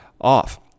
off